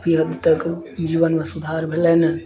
अभी अब तक जीवनमे सुधार भेलै ने